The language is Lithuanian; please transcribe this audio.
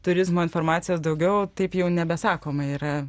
turizmo informacijos daugiau taip jau nebesakoma yra